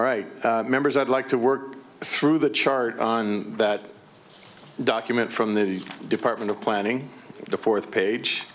all right members i'd like to work through the chart on that document from the department of planning the fourth page